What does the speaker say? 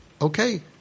Okay